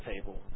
table